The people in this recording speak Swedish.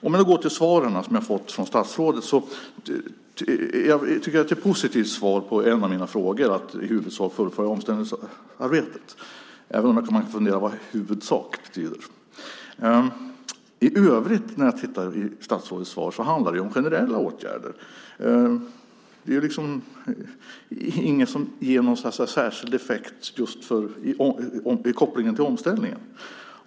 Om jag då går över till de svar som jag fått från statsrådet tycker jag att det är ett positivt svar på en av mina frågor, det vill säga att i huvudsak fullfölja omställningsarbetet, även om man kan fundera över vad "i huvudsak" betyder. I övrigt, när jag tittar i statsrådet svar, handlar det om generella åtgärder. Det är inget som ger någon särskild effekt eller har någon koppling till omställningen.